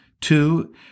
Two